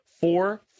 four